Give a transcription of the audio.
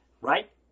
right